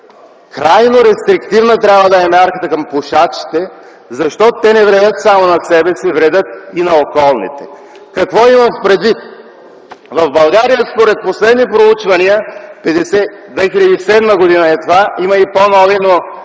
крайно рестриктивна трябва да е мярката към пушачите, защото те не вредят само на себе си, вредят и на околните! Какво имам предвид? В България според последни проучвания през 2007 г. - има и по-нови, но